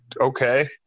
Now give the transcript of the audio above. okay